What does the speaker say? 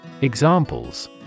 Examples